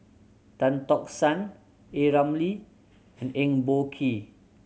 Tan Tock San A Ramli and Eng Boh Kee